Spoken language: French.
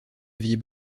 aviez